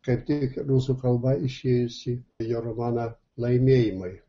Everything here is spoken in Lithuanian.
kaip tik rusų kalba išėjusį jo romaną laimėjimai